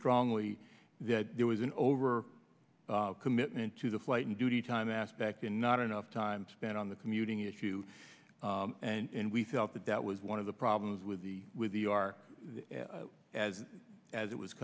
strongly that there was an over commitment to the flight and duty time aspect and not enough time spent on the commuting issue and we felt that that was one of the problems with the with the our as as it was